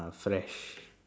ah fresh